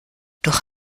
durch